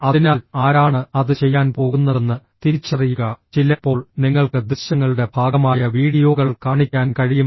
അതിനാൽ ആരാണ് അത് ചെയ്യാൻ പോകുന്നതെന്ന് തിരിച്ചറിയുക ചിലപ്പോൾ നിങ്ങൾക്ക് ദൃശ്യങ്ങളുടെ ഭാഗമായ വീഡിയോകൾ കാണിക്കാൻ കഴിയും